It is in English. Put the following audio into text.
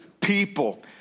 people